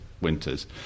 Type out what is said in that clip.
winters